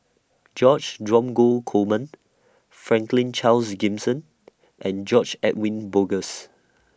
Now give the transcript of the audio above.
George Dromgold Coleman Franklin Charles Gimson and George Edwin Bogaars